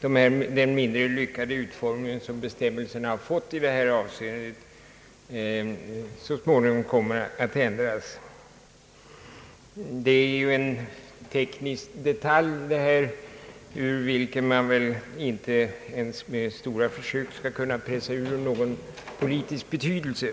den mindre lyckade utformning som bestämmelsen har fått i det här avseendet kommer att ändras. Det här är ju en teknisk detalj, ur vilken man väl inte ens med stora försök skall kunna pressa ut någon politisk betydelse.